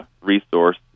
resource